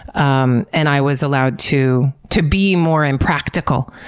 um and i was allowed to to be more impractical,